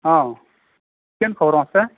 ᱦᱮᱸ ᱪᱮᱫ ᱠᱷᱚᱵᱚᱨ ᱢᱟᱥᱮ